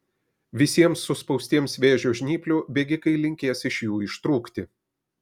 visiems suspaustiems vėžio žnyplių bėgikai linkės iš jų ištrūkti